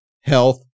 health